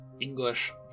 English